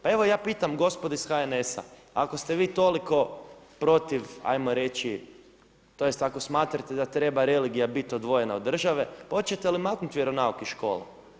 Pa evo ja pitam gospodu iz HNS-a ako ste vi toliko protiv hajmo reći tj. ako smatrate da treba religija biti odvojena od države, pa hoćete li maknuti vjeronauk iz škole?